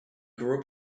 grew